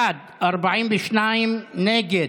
בעד, 42, נגד,